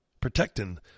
Protecting